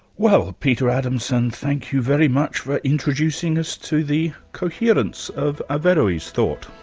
well, peter adamson, thank you very much for introducing us to the coherence of averroes' thought.